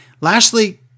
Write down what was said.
Lashley